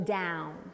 down